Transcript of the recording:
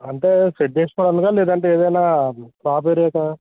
అంటే షెడ్ వేస్కోడానికా లేదంటే ఏదైనా క్రాప్ ఎరువుకా